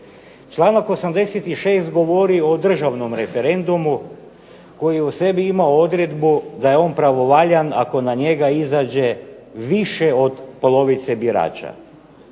Članak 86. govori o državnom referendumu koji u sebi ima odredbu da je on pravovaljan ako na njega izađe više od polovice birača.